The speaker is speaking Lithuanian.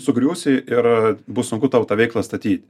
sugriūsi ir bus sunku tau tą veiklą statyt